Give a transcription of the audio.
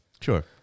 Sure